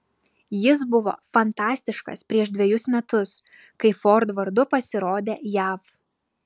jis buvo fantastiškas prieš dvejus metus kai ford vardu pasirodė jav